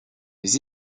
des